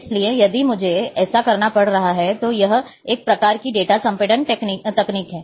इसलिए यदि मुझे ऐसा करना पड़ रहा है तो यह एक प्रकार की डेटा संपीड़न तकनीक है